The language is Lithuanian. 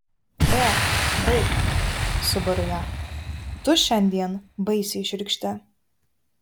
ė baik subaru ją tu šiandien baisiai šiurkšti